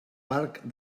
parc